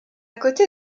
côté